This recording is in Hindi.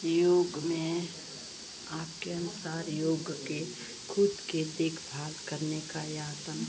योग में आपके अनुसार योग के ख़ुद के देखभाल करने की यातना